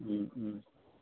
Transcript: उम् उम्